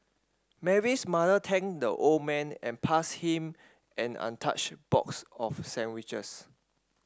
Mary's mother thanked the old man and passed him an untouched box of sandwiches